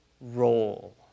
role